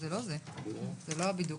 (תיקון מס'